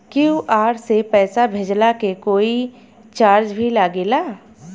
QR से पैसा भेजला के कोई चार्ज भी लागेला?